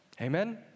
Amen